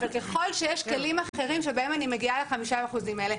אבל ככל שיש כלים אחרים שבהם אני מגיעה ל-5% האלה,